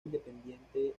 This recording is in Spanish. independiente